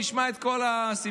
תשמע את כל הסיפורים.